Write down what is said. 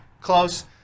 close